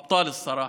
להלן תרגומם: